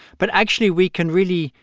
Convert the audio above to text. but actually, we can really,